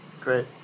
Great